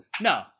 no